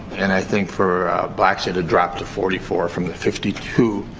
and i think, for blacks, it had dropped to forty four from the fifty two.